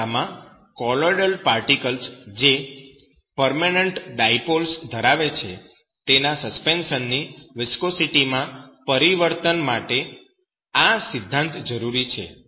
આ કિસ્સામાં colloidal particles જે પરમેનન્ટ ડાયપોલ્સ ધરાવે છે તેનાં સસ્પેન્શન ની વિસ્કોસિટી માં પરીવર્તન માટે આ સિદ્ધાંત જરૂરી છે